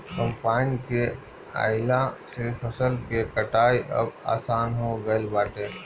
combine के आइला से फसल के कटाई अब आसान हो गईल बाटे